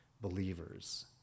believers